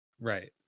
right